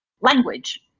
language